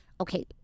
okay